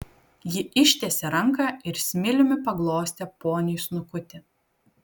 ji ištiesė ranką ir smiliumi paglostė poniui snukutį